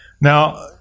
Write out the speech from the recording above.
Now